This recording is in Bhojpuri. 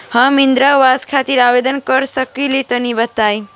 हम इंद्रा आवास खातिर आवेदन कर सकिला तनि बताई?